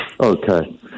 Okay